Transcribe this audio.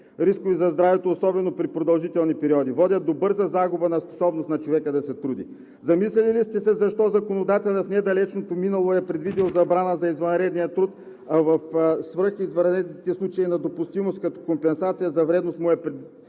рискове за здравето, особено при продължителни периоди, водят до бърза загуба на способност човекът да се труди? Замисляли ли сте се защо в недалечното минало законодателят е предвидил забрана на извънредния труд, а в свръх извънредните случаи на допустимост като компенсация за вредност е предвидено